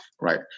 right